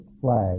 Flag